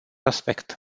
aspect